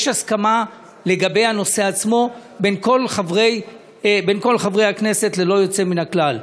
יש הסכמה לגבי הנושא עצמו בין כל חברי הכנסת ללא יוצא מן הכלל.